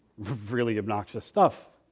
really obnoxious stuff.